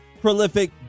prolific